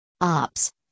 Ops